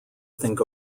think